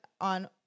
on